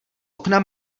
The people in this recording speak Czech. okna